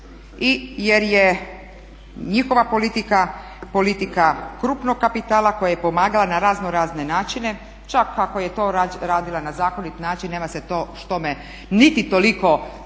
jer je njihova politika, politika krupnog kapitala koja je pomagala na raznorazne načine, čak ako je to radila na zakonit način nema se tome niti toliko prigovoriti.